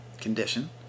condition